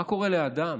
מה קורה לאדם,